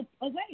away